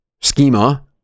schema